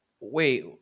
Wait